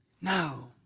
no